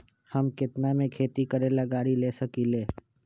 हम केतना में खेती करेला गाड़ी ले सकींले?